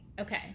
okay